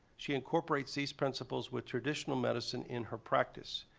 she incorporates these principles with traditional medicine in her practice.